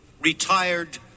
retired